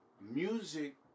Music